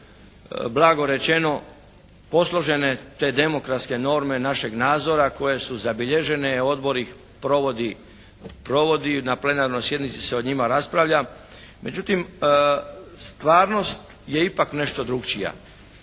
blago rečeno posložene te demokratske norme našeg nadzora koje su zabilježene, odbor ih provodi, na plenarnoj sjednici se o njima raspravlja. Međutim stvarnost je ipak nešto drugačija.